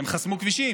הם חסמו כבישים,